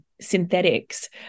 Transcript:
synthetics